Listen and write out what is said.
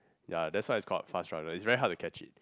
ya that's why it's called a fast runner it's very hard to catch it